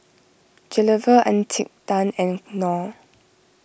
Gilera Encik Tan and Knorr